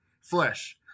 flesh